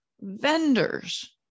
vendors